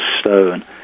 stone